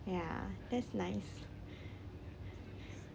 ya that's nice